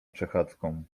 przechadzką